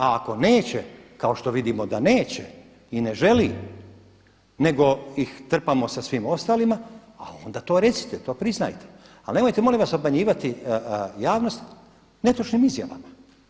A ako neće kao što vidimo da neće i ne želi, nego ih trpamo sa svim ostalima, a onda to recite, to priznajte, ali nemojte, molim vas, obmanjivati javnost netočnim izjavama.